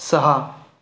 सहा